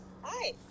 Hi